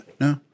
No